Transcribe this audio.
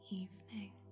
evening